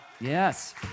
Yes